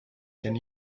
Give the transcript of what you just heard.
can